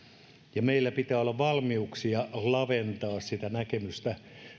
meillä pitää olla valmiuksia laventaa sitä näkemystä